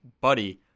buddy